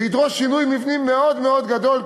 וידרוש שינוי מבני מאוד גדול,